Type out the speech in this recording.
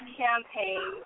campaign